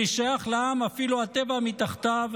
אני שייך לעם, / אפילו הטבע מתחתיו.